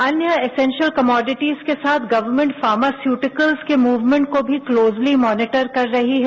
अन्य essential commodities के साथ गवर्नमेंट फार्मास्प्रटिकल्स के मूवमेंट को भी क्लोजली मॉनिटर कर रही है